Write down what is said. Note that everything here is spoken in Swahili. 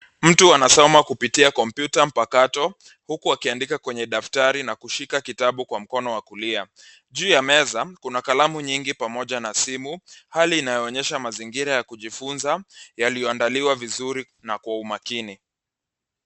Mtu anasoma kupitia kompyuta mpakato huku akiandika kwenye daftari na kushika kitabu kwa mkono wa kulia. Juu ya meza, kuna kalamu nyingi pamoja na simu, hali inayoonyesha mazingira ya kujifunza yaliyoandaliwa vizuri na kwa umakini.